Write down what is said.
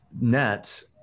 nets